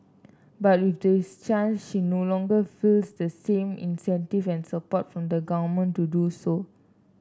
but with this change she no longer feels the same incentive and support from the government to do so